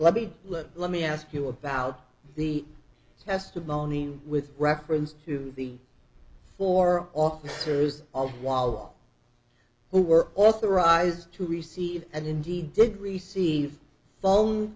let me let let me ask you about the testimony with reference to the four officers all while who were authorized to receive and indeed did receive phone